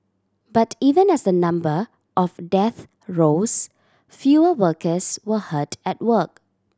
but even as the number of deaths rose fewer workers were hurt at work